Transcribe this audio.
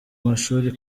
amashuri